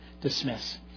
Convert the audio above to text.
dismiss